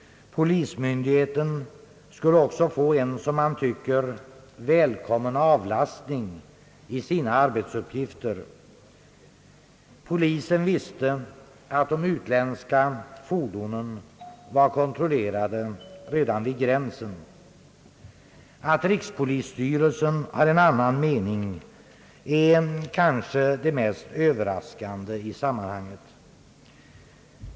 Polismyndigheten skulle också få en som man tycker välkommen avlastning i sina arbetsuppgifter. Polisen visste att de utländska fordonen var kontrollerade redan vid gränsen. Att rikspolisstyrelsen har en annan mening är kanske det mest överraskande i sammanhanget.